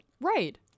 Right